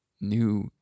new